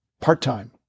part-time